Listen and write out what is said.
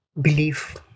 belief